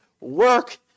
work